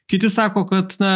kiti sako kad na